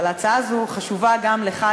אבל ההצעה הזאת חשובה גם לך,